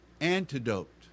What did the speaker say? antidote